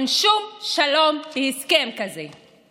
אין שום שלום בהסכם כזה.